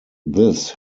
this